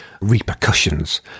repercussions